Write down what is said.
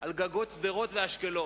על גגות שדרות ואשקלון,